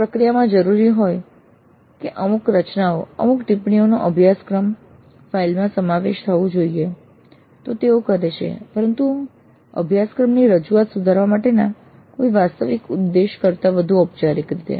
જો પ્રક્રિયામાં જરૂરી હોય કે અમુક રચનાઓ અમુક ટિપ્પણીઓનો અભ્યાસક્રમ ફાઇલ માં સમાવેશ થવો જોઈએ તો તેઓ કરે છે પરંતુ અભ્યાસક્રમની રજૂઆત સુધારવા માટેના કોઈ વાસ્તવિક ઉદ્દેશ કરતા વધુ ઔપચારિક રીતે